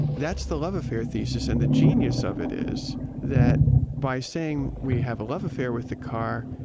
that's the love affair thesis. and the genius of it is, that by saying we have a love affair with the car,